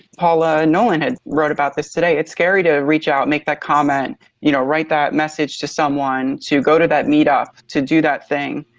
paula nolan had wrote about this today. it's scary to reach out, make that comment you know, write that message to someone, to go to that meet up, to do that thing.